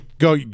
Go